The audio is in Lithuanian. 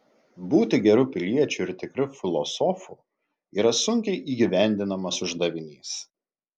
būti geru piliečiu ir tikru filosofu yra sunkiai įgyvendinamas uždavinys